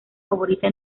favorita